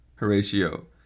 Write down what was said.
Horatio